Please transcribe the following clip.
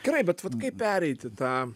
gerai bet vat kaip pereiti tą